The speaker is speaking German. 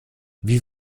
wie